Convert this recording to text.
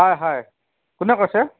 হয় হয় কোনে কৈছে